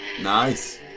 nice